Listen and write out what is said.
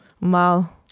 Mal